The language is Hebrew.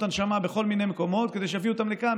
הנשמה בכל מיני מקומות כדי שיביאו אותן לכאן,